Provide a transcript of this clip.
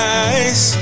eyes